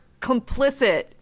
complicit